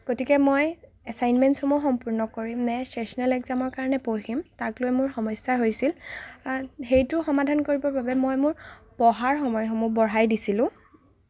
গতিকে মই এছাইনমেন্টছসমূহ সম্পূৰ্ণ কৰিম নে ছেচ'নেল একজামৰ কাৰণে পঢ়িম তাক লৈ মোৰ সমস্যা হৈছিল সেইটো সমাধান কৰিবৰ বাবে মই মোৰ পঢ়াৰ সময়সমূহ বঢ়াই দিছিলো